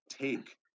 take